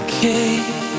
Okay